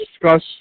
discuss